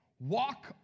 walk